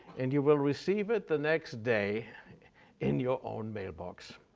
and you will receive it the next day in your own mailbox.